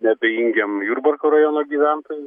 neabejingiem jurbarko rajono gyventojai